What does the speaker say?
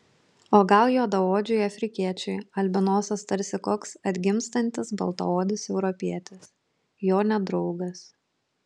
o gal juodaodžiui afrikiečiui albinosas tarsi koks atgimstantis baltaodis europietis jo nedraugas